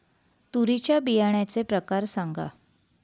तूरीच्या बियाण्याचे प्रकार सांगा